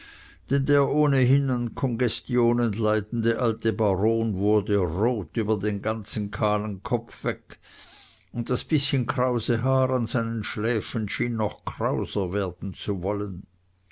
der ohnehin an kongestionen leidende alte baron wurde rot über den ganzen kahlen kopf weg und das bißchen krause haar an seinen schläfen schien noch krauser werden zu wollen